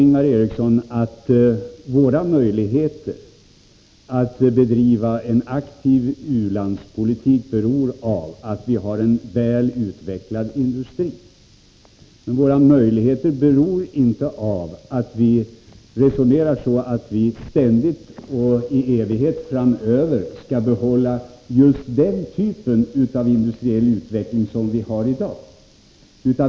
Ingvar Eriksson säger att våra möjligheter att bedriva en aktiv ulandspolitik beror av att vi har en väl utvecklad industri. Men våra möjligheter beror inte av att vi i evighet framöver skall behålla just den typ av industriell utveckling som vi har i dag.